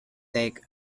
take